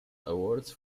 awards